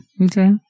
okay